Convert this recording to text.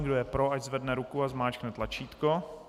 Kdo je pro, ať zvedne ruku a zmáčkne tlačítko.